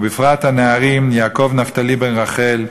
ובפרט הנערים יעקב נפתלי בן רחל,